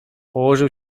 położył